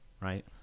right